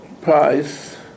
price